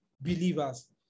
believers